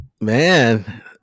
man